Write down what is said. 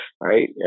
right